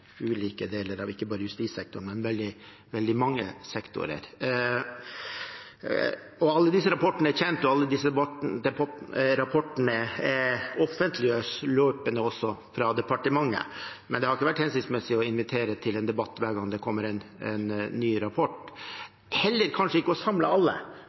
ulike deler av ikke bare justissektoren, men veldig mange sektorer. Alle disse rapportene er kjent, og alle disse rapportene offentliggjøres løpende også fra departementet, men det har ikke vært hensiktsmessig å invitere til en debatt hver gang det kommer en ny rapport – kanskje heller ikke å samle alle,